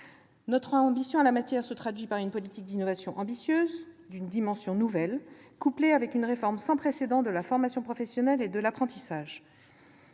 Notre ambition en la matière se traduit par une politique d'innovation ambitieuse, d'une dimension nouvelle, couplée avec une réforme sans précédent de la formation professionnelle et de l'apprentissage.